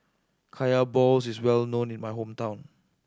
Kaya balls is well known in my hometown